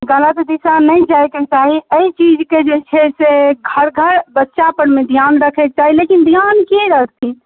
गलत दिशा नहि जाएके चाही एहि चीजके जे छै से घर घर बच्चा परमे ध्यान रखैके चाही लेकिन ध्यान की रखथिन